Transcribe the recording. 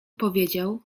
powiedział